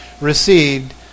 received